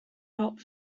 not